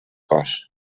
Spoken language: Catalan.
cos